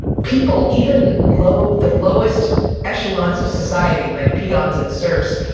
people even low, the lowest echelons of society like peons and serfs,